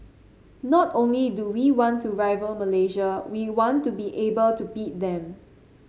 not only do we want to rival Malaysia we want to be able to beat them